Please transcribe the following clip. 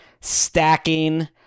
stacking